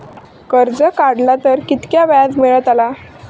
कर्ज काडला तर कीतक्या व्याज मेळतला?